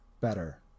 better